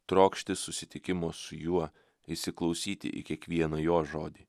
trokšti susitikimo su juo įsiklausyti į kiekvieną jo žodį